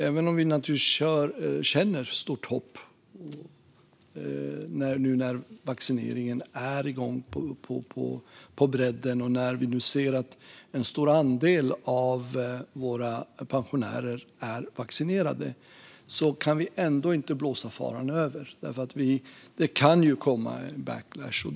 Även om vi naturligtvis känner stort hopp nu när vaccineringen är igång på bredden och en stor andel av våra pensionärer är vaccinerade kan vi ändå inte blåsa faran över, för det kan ju komma en backlash.